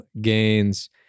gains